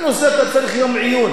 זה נושא שאתה צריך בשבילו יום עיון.